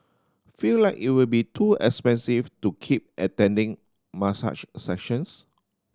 feel like it will be too expensive to keep attending massage sessions